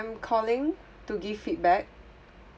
I'm calling to give feedback